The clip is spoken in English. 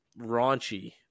raunchy